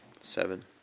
Seven